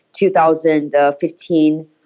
2015